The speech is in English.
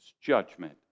Judgment